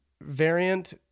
variant